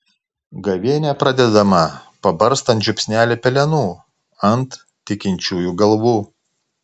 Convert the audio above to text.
gavėnia pradedama pabarstant žiupsnelį pelenų ant tikinčiųjų galvų